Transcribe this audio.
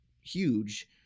huge